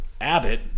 Abbott